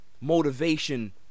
motivation